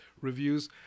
reviews